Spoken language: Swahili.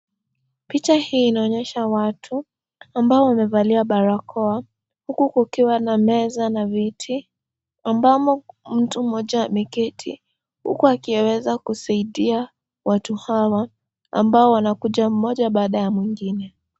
Picha hii inaonyesha watu ambao wamevalia barakoa huku kukiwa na meza na viti ambamo mtu mmoja ameketi, huku akiweza kusaidia watu hawa ambao wanakuja mmoja baada ya mwingine.